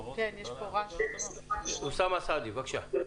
חבר הכנסת סעדי, בבקשה.